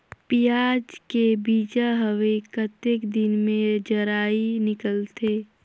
पियाज के बीजा हवे कतेक दिन मे जराई निकलथे?